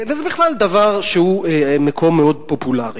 וזה בכלל מקום שהוא מאוד פופולרי.